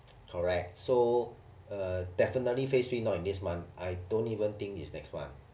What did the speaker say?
correct so uh definitely phase three not in this month I don't even think this next month